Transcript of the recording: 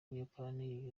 buyapani